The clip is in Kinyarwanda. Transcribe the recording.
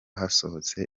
hasohotse